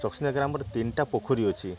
ଚକସିନ୍ଦିଆ ଗ୍ରାମରେ ତିନିଟା ପୋଖରୀ ଅଛି